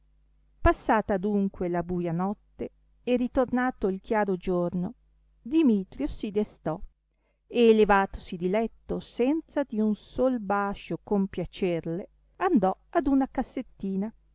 passata adunque la buia notte e ritornato il chiaro giorno dimitrio si destò e levatosi di letto senza di un sol bascio compiacerle andò ad una cassettina